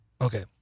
Okay